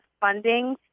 funding